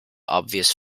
obvious